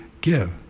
give